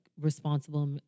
responsible